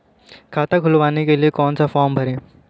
खाता खुलवाने के लिए कौन सा फॉर्म भरें?